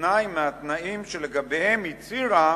תנאי מהתנאים שלגביהם הצהירה